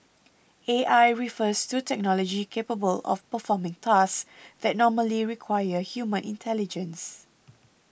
A I refers to technology capable of performing tasks that normally require human intelligence